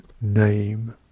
name